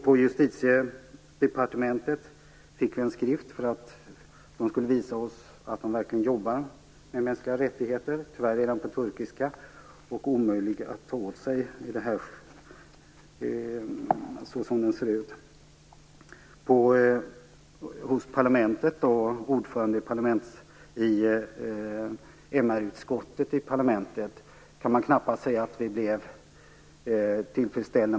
På Justitiedepartementet gav de oss en skrift för att visa oss att de verkligen jobbar med mänskliga rättigheter. Tyvärr är den på turkiska och omöjlig att ta till sig. Man kan knappast säga att vi blev tillfredsställda med de svar som vi fick av ordföranden i MR utskottet i parlamentet.